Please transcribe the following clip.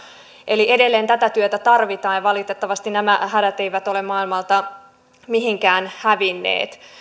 eli edelleen tätä työtä tarvitaan ja valitettavasti nämä hädät eivät ole maailmalta mihinkään hävinneet